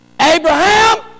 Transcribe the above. Abraham